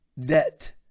debt